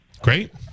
Great